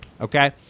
Okay